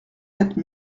quatre